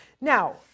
Now